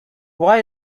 why